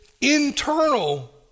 internal